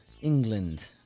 England